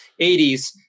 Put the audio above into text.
80s